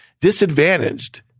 disadvantaged